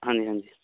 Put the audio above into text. ਹਾਂਜੀ ਹਾਂਜੀ